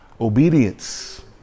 Obedience